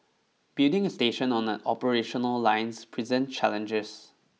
building a station on an operational lines present challenges